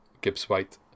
Gibbs-White